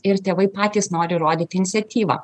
ir tėvai patys nori rodyti iniciatyvą